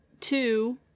two